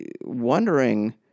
wondering